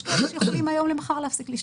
יש כאלה שיכולים מהיום למחר להפסיק לשתות.